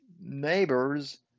neighbors